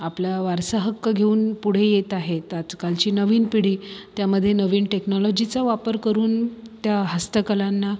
आपला वारसाहक्क घेऊन पुढे येत आहेत आजकालची नवीन पिढी त्यामध्ये नवीन टेक्नॉलॉजीचा वापर करून त्या हस्तकलांना